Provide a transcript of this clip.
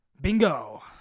bingo